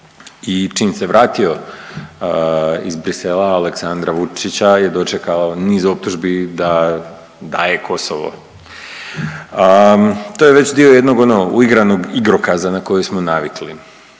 I čim se vratio iz Bruxellesa Aleksandra Vučića je dočekao niz optužbi da daje Kosovo. To je već dio jednog onog uigranog igrokaza na koji smo navikli